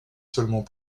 seulement